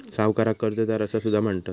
सावकाराक कर्जदार असा सुद्धा म्हणतत